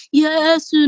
Yes